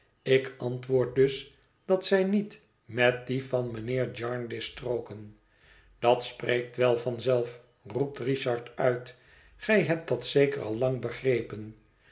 ik antwoord dus dat zij niet met die van mijnheer jarndyce strooken dat spreekt wel van zelf roept richard uit gij hebt dat zeker al lang begrepen